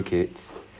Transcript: mm mm mm